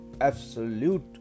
absolute